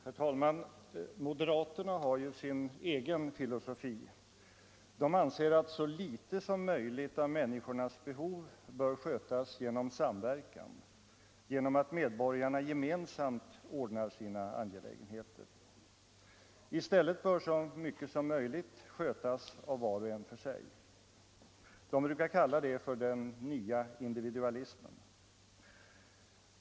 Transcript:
Herr talman! Moderaterna har ju sin egen filosofi. De anser att så litet som möjligt av människornas behov bör skötas genom samverkan, genom att medborgarna gemensamt ordnar sina angelägenheter. I stället bör så mycket som möjligt skötas av var och en för sig. De brukar kalla det för den nya individualismen.